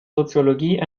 soziologie